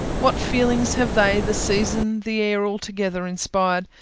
what feelings have they, the season, the air altogether inspired!